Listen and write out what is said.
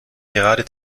gerade